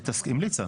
המליצה.